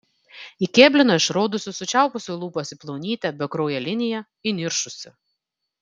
ji kėblino išraudusi sučiaupusi lūpas į plonytę bekrauję liniją įniršusi